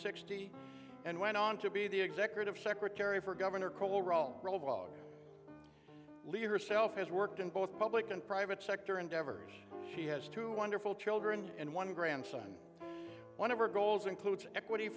sixty and went on to be the executive secretary for governor kohl raul leader self has worked in both public and private sector endeavors she has two wonderful children and one grandson and one of her goals includes equity